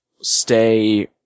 stay